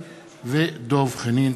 תודה.